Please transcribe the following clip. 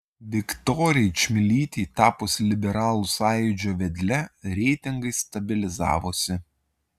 viktorijai čmilytei tapus liberalų sąjūdžio vedle reitingai stabilizavosi